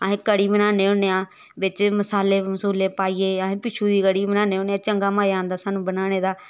अस कढ़ी बनान्ने होन्ने आं बिच्च मसाले मसूले पाइयै असें पिच्छु दी कढ़ी बनान्ने होन्ने आं चंगा मजा आंदा सानू बनाने दा